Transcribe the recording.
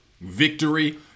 victory